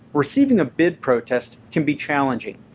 receiving a bid protest can be challenging.